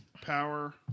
Power